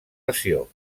lesió